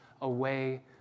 away